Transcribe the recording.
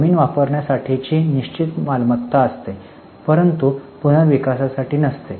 जमीन वापरण्यासाठीची निश्चित मालमत्ता असते परंतु पुनर्विकासासाठी नसते